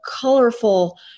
colorful